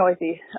noisy